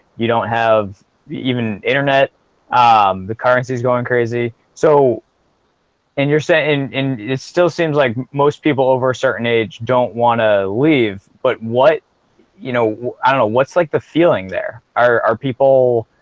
you don't have even internet the currency is going crazy so and you're saying it still seems like most people over a certain age don't want to leave but what you know? i don't know what's like the feeling there are people